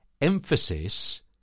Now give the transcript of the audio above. emphasis